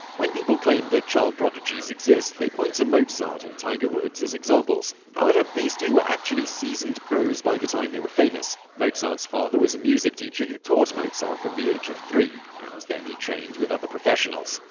when people claim that prodigies exist, they point to mozart and tiger woods as examples. however, those two were actually seasoned pros by the time they were famous. mozart's father was a music teacher who taught mozart from the age of three, and then he trained with other professionals.